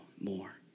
more